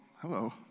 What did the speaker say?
hello